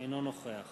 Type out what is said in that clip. אינו נוכח